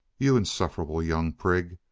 you insufferable young prig.